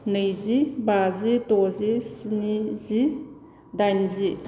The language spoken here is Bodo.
नैजि बाजि द'जि स्निजि दाइनजि